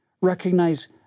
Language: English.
recognize